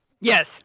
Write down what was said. Yes